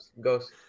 Ghost